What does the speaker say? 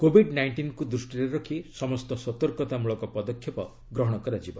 covid ନାଇଷ୍ଟିନ୍କୁ ଦୃଷ୍ଟିରେ ରଖି ସମସ୍ତ ସତର୍କତାମୂଳକ ପଦକ୍ଷେପ ଗ୍ରହଣ କରାଯିବ